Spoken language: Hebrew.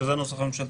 שזה הנוסח הממשלתי.